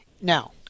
Now